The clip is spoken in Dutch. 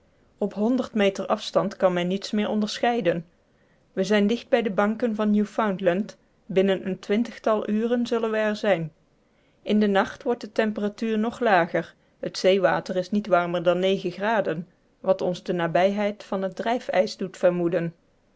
op honderd meter afstands kan men niets meer onderscheiden we zijn dicht bij de banken van new foundland binnen een twintigtal uren zullen we er zijn in den nacht wordt de temperatuur nog lager het zeewater is niet warmer dan wat ons de nabijheid van het drijfijs doet vermoeden